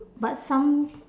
but some